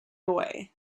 away